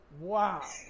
Wow